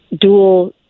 dual